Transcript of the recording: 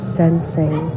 sensing